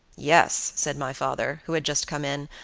yes, said my father, who had just come in,